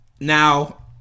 Now